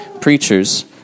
preachers